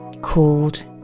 called